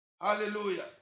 Hallelujah